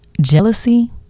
jealousy